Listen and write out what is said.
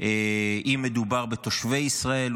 אם מדובר בתושבי ישראל,